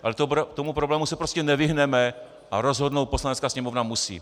Ale tomu problému se prostě nevyhneme a rozhodnout Poslanecká sněmovna musí.